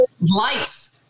life